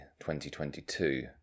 2022